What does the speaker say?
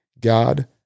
God